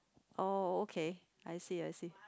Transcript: oh okay I see I see